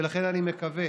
ולכן אני מקווה